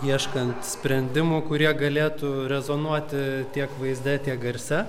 ieškant sprendimų kurie galėtų rezonuoti tiek vaizde tiek garse